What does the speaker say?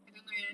I don't know leh